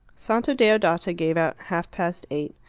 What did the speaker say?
santa deodata gave out half past eight.